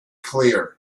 clear